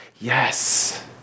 Yes